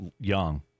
young